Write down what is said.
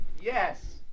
Yes